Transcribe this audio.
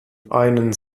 einen